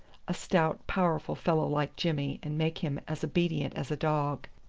a stout powerful fellow like jimmy and make him as obedient as a dog.